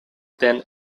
than